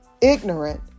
ignorant